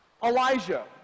Elijah